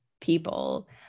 people